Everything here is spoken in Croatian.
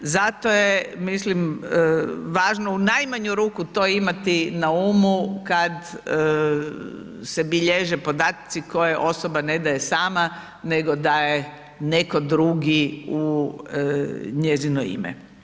Zato je, mislim važno u najmanju ruku to imati na umu kad se bilježe podaci koje osoba ne daje sama nego daje neko drugi u njezino ime.